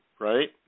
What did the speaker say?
right